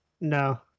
No